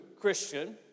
Christian